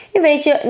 Invece